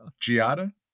Giada